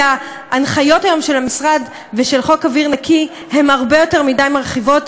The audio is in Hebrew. כי היום ההנחיות של המשרד ושל חוק אוויר נקי הן הרבה יותר מדי מרחיבות,